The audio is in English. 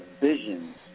visions